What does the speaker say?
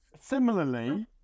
Similarly